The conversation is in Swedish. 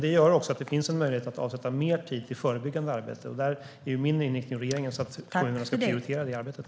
Det ger dock en möjlighet att avsätta mer tid till förebyggande arbete, och min och regeringens inriktning är att kommunerna ska prioritera det arbetet.